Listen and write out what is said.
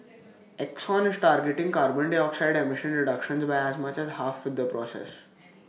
exxon is targeting carbon dioxide emission reductions by as much as half with the process